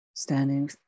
standing